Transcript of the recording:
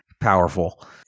powerful